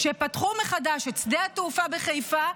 כשפתחו מחדש את שדה התעופה בחיפה,